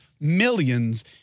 millions